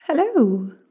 Hello